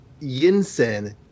Yinsen